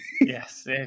Yes